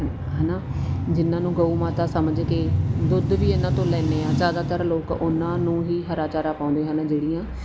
ਹੈ ਨਾ ਜਿਹਨਾਂ ਨੂੰ ਗਊ ਮਾਤਾ ਸਮਝ ਕੇ ਦੁੱਧ ਵੀ ਇਹਨਾਂ ਤੋਂ ਲੈਂਦੇ ਹਾਂ ਜ਼ਿਆਦਾਤਰ ਲੋਕ ਉਹਨਾਂ ਨੂੰ ਹੀ ਹਰਾ ਚਾਰਾ ਪਾਉਂਦੇ ਹਨ ਜਿਹੜੀਆਂ